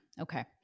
Okay